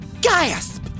Gasp